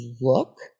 look